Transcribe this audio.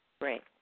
Right